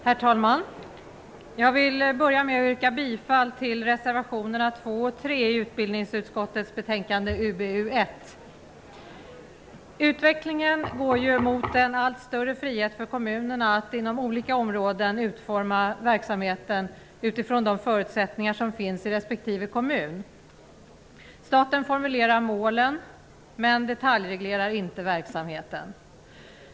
Herr talman! Jag vill börja med att yrka bifall till reservationerna 2 och 3 i utbildningsutskottets betänkande UbU1. Utvecklingen går mot en allt större frihet för kommunerna att inom olika områden utforma verksamheten utifrån de förutsättningar som finns i respektive kommun. Staten formulerar målen men detaljreglerar inte verksamheten.